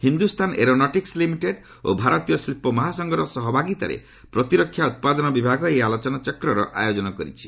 Hindustan Aeronautics Limited ଓ ଭାରତୀୟ ଶିଳ୍ପ ମହାସଂଘର ସହଭାଗିତାରେ ପ୍ରତିରକ୍ଷା ଉତ୍ପାଦନ ବିଭାଗ ଏହି ଆଲୋଚନାଚକ୍ରର ଆୟୋଜନ କରିଛି